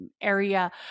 area